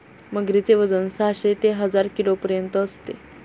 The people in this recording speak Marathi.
मगरीचे वजन साहशे ते हजार किलोपर्यंत असते